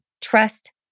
trust